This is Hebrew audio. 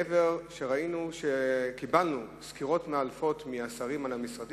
מעבר לכך שראינו שקיבלנו מהשרים סקירות מאלפות על המשרדים,